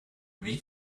wie